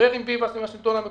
כבר העלית את